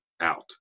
out